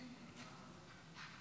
אדוני